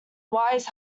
wise